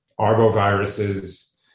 arboviruses